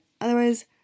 otherwise